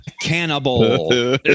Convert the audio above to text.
cannibal